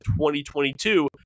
2022